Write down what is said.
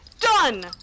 done